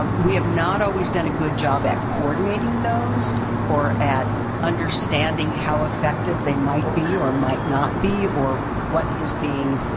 um we have not always done a good job at coordinating those or at understanding how effective they might be or might not be or what is being